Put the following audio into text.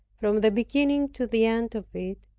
from the beginning to the end of it,